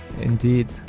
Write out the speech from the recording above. Indeed